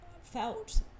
felt